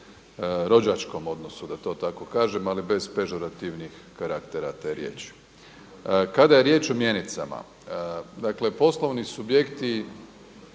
rođačkom odnosu da to tako kažem, ali bez pežorativnih karaktera te riječi. Kada je riječ o mjenicama, dakle poslovni subjekti